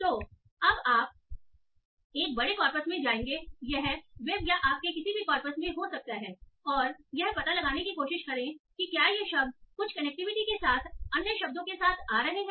तो अब आप एक बड़े कॉर्पस में जाएंगे यह वेब या आपके किसी भी कॉर्पस में हो सकता है और यह पता लगाने की कोशिश करें कि क्या ये शब्द कुछ कनेक्टिविटी के साथ अन्य शब्दों के साथ आ रहे हैं